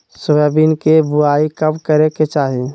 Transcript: Soybean के बुआई कब करे के चाहि?